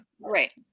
right